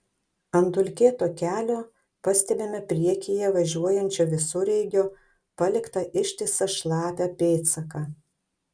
ant dulkėto kelio pastebime priekyje važiuojančio visureigio paliktą ištisą šlapią pėdsaką